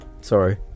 Sorry